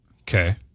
Okay